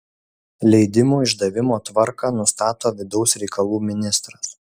leidimų išdavimo tvarką nustato vidaus reikalų ministras